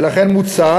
ולכן מוצע